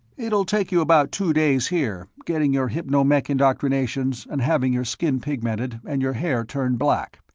it'll take you about two days, here, getting your hypno-mech indoctrinations and having your skin pigmented, and your hair turned black.